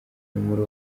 muri